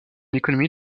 économie